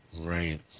Right